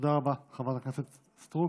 תודה רבה לחברת הכנסת סטרוק.